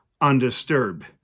undisturbed